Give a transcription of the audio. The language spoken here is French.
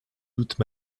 doutes